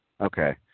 Okay